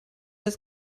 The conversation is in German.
das